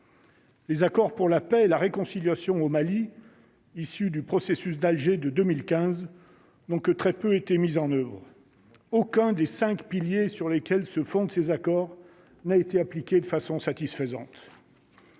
Les accords pour la paix et la réconciliation au Mali, issu du processus d'Alger de 2015 donc que très peu été mise en oeuvre, aucun des 5 piliers sur lesquels se fonde ces accords n'a été appliquée de façon satisfaisante.